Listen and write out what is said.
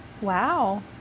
Wow